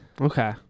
Okay